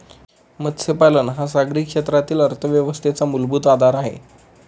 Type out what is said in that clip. मत्स्यपालन हा सागरी क्षेत्रातील अर्थव्यवस्थेचा मूलभूत आधार आहे